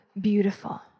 beautiful